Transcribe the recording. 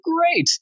great